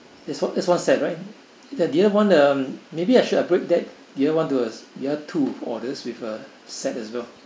that's one that's one set right the other one um maybe I should I break that the other one orders the other two orders with uh set as well